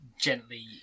gently